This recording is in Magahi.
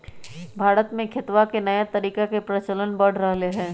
भारत में खेतवा के नया तरीका के प्रचलन बढ़ रहले है